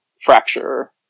fracture